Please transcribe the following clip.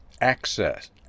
access